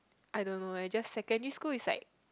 I don't know eh just secondary school is like